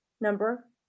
Number